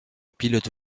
pilote